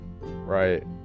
Right